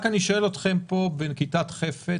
אני שואל אתכם פה בנקיטת חפץ,